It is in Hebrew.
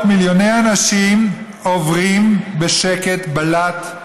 מיליוני אנשים עוברים בשקט, בלאט,